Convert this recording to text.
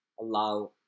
allow